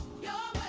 no